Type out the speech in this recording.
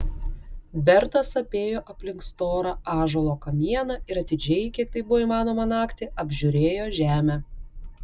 bertas apėjo aplink storą ąžuolo kamieną ir atidžiai kiek tai buvo įmanoma naktį apžiūrėjo žemę